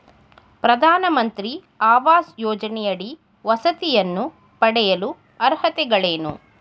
ಪ್ರಧಾನಮಂತ್ರಿ ಆವಾಸ್ ಯೋಜನೆಯಡಿ ವಸತಿಯನ್ನು ಪಡೆಯಲು ಅರ್ಹತೆಗಳೇನು?